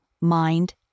mind